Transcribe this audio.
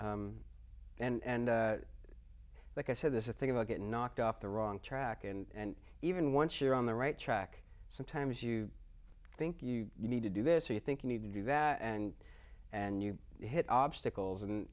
yeah and like i said this is thing about getting knocked off the wrong track and even once you're on the right track sometimes you think you need to do this or you think you need to do that and and you hit obstacles and